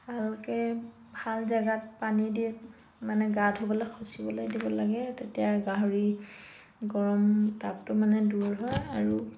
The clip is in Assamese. ভালকৈ ভাল জেগাত পানী দি মানে গা ধুবলৈ খচিবলৈ দিব লাগে তেতিয়া গাহৰি গৰম তাপটো মানে দূৰ হয় আৰু